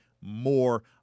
more